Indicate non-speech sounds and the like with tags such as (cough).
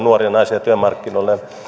(unintelligible) nuoria naisia työmarkkinoille